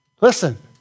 listen